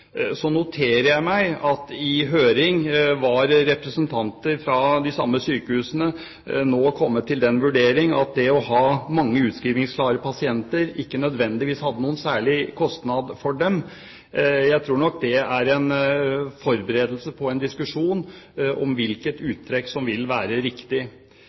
Så noterer jeg meg at i høringen var representanter fra de samme sykehusene nå kommet til den vurdering at det å ha mange utskrivningsklare pasienter ikke nødvendigvis hadde noen særlig kostnad for dem. Jeg tror nok det er en forberedelse på en diskusjon om hvilket uttrekk som vil være riktig.